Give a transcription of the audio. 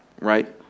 right